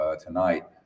tonight